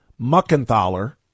Muckenthaler